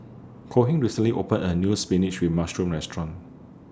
Cohen recently opened A New Spinach with Mushroom Restaurant